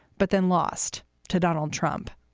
but then lost to donald trump.